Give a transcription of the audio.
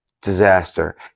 Disaster